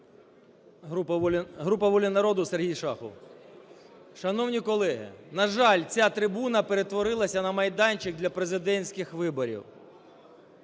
Група "Воля народу", СергійШахов. Шановні колеги, на жаль, ця трибуна перетворилася на майданчик для президентських виборів.